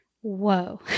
Whoa